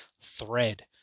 thread